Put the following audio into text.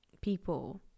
people